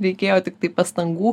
reikėjo tiktai pastangų